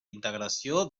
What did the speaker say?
integració